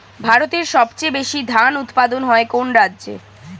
ভারতের সবচেয়ে বেশী ধান উৎপাদন হয় কোন রাজ্যে?